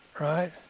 right